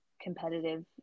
competitive